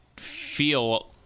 feel